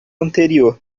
anterior